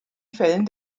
fällen